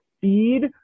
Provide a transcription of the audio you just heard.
feed